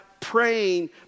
praying